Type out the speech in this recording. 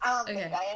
Okay